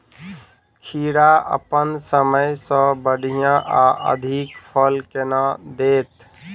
खीरा अप्पन समय सँ बढ़िया आ अधिक फल केना देत?